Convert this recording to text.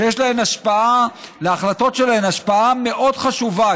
שיש להחלטות שלהן השפעה מאוד חשובה,